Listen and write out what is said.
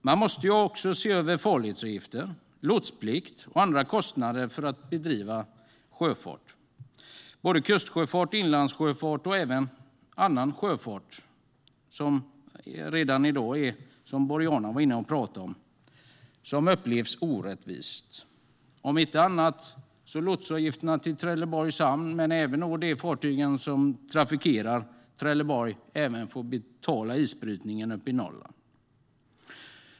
Man måste även se över farledsavgifter, avgifter för lotsplikt och andra kostnader för att bedriva sjöfart - kustsjöfart, inlandssjöfart och annan sjöfart. Det är kostnader som redan i dag upplevs som orättvisa, som Boriana Åberg sa. Det handlar om lotsavgifterna till Trelleborgs Hamn, men det handlar även om att de fartyg som trafikerar Trelleborg också får betala isbrytningen uppe i Norrland.